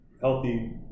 healthy